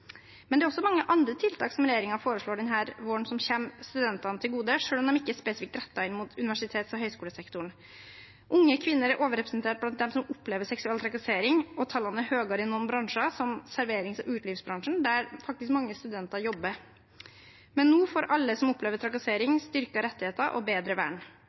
Men det er også mange andre tiltak som regjeringen foreslår denne våren, som kommer studentene til gode, selv om de ikke er spesifikt rettet inn mot universitets- og høyskolesektoren. Unge kvinner er overrepresentert blant dem som opplever seksuell trakassering, og tallene er høyere i noen bransjer, som serverings- og utelivsbransjen, der faktisk mange studenter jobber. Men nå får alle som opplever trakassering, styrkede rettigheter og bedre vern.